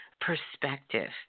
perspective